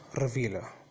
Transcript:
Revealer